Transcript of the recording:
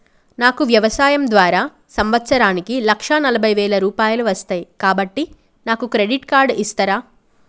నాకు వ్యవసాయం ద్వారా సంవత్సరానికి లక్ష నలభై వేల రూపాయలు వస్తయ్, కాబట్టి నాకు క్రెడిట్ కార్డ్ ఇస్తరా?